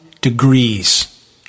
degrees